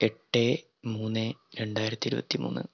എട്ട് മൂന്ന് രണ്ടായിരത്തി ഇരുപത്തി മൂന്ന്